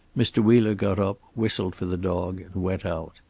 mr. wheeler got up, whistled for the dog, and went out.